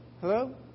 Hello